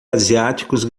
asiáticos